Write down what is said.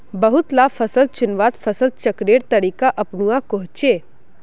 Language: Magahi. बहुत ला फसल चुन्वात फसल चक्रेर तरीका अपनुआ कोह्चे